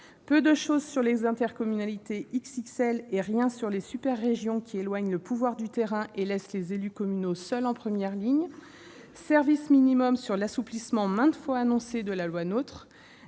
peu de choses sur les intercommunalités « XXL » et rien sur les super-régions qui éloignent le pouvoir du terrain et laissent les élus communaux seuls en première ligne ; service minimum sur l'assouplissement maintes fois annoncé de la loi NOTRe